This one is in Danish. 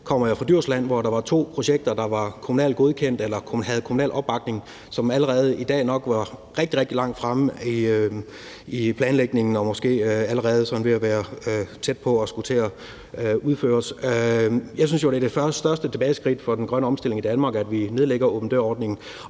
selv kommer fra Djursland, hvor der var to projekter, der var kommunalt godkendt eller havde kommunal opbakning, som allerede i dag nok var rigtig, rigtig langt fremme i planlægningen og måske allerede var ved at være tæt på at skulle til at udføres. Jeg synes jo, det er det største tilbageskridt for den grønne omstilling i Danmark, at vi nedlægger åben dør-ordningen,